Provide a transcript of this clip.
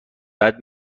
بعد